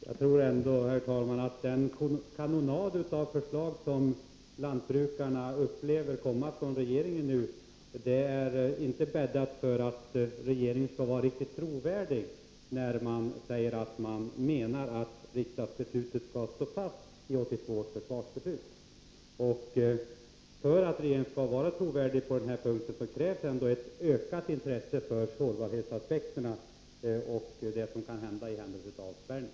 Herr talman! Jag tror ändå att den kanonad av förslag som lantbrukarna upplever kommer från regeringen inte bäddar för att regeringen skall vara riktigt trovärdig då den säger sig mena att riksdagsbeslutet skall stå fast i 1982 års försvarsbeslut. ; För att regeringen skall vara trovärdig på denna punkt krävs ändock ökat intresse för sårbarhetsaspekterna och för vad som kan ske i händelse av avspärrning.